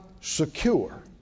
secure